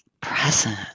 present